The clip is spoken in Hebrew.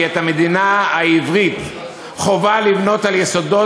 כי את המדינה העברית חובה לבנות על יסודות